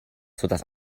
sodass